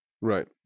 Right